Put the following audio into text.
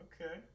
Okay